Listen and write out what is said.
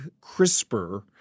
CRISPR